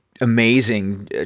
amazing